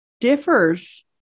differs